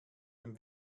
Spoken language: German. dem